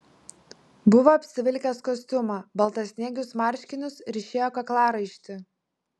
buvo apsivilkęs kostiumą baltasniegius marškinius ryšėjo kaklaraištį